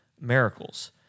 miracles